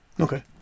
Okay